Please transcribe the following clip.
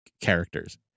characters